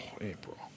April